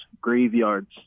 graveyards